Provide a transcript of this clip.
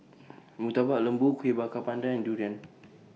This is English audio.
Murtabak Lembu Kueh Bakar Pandan and Durian